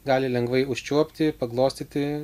gali lengvai užčiuopti paglostyti